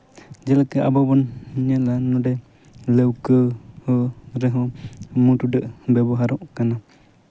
ᱡᱮᱞᱮᱠᱟ ᱟᱵᱚ ᱵᱚᱱ ᱧᱮᱞᱟ ᱱᱚᱰᱮ ᱞᱟᱹᱣᱠᱟᱹ ᱨᱮᱦᱚᱸ ᱢᱩ ᱴᱩᱰᱟᱹᱜ ᱵᱮᱵᱚᱦᱟᱨᱚᱜ ᱠᱟᱱᱟ